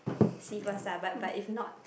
see first ah but but if not